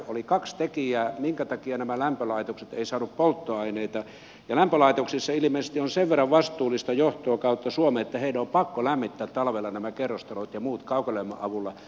oli kaksi tekijää minkä takia nämä lämpölaitokset eivät saaneet polttoaineita ja lämpölaitoksissa ilmeisesti on sen verran vastuullista johtoa kautta suomen että heidän on pakko lämmittää talvella nämä kerrostalot ja muut kaukolämmön avulla